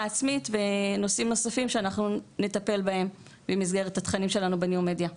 עצמית ונושאים נוספים שאנחנו נטפל בהם במסגרת התכנים שלנו בניו מדיה.